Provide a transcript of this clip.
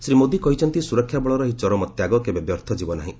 ଶ୍ରୀ ମୋଦି କହିଛନ୍ତି ସୁରକ୍ଷା ବଳର ଏହି ଚରମ ତ୍ୟାଗ କେବେ ବ୍ୟର୍ଥ ଯିବନାହିଁ